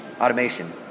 automation